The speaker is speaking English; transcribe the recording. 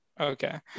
Okay